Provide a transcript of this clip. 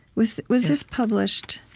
was was this published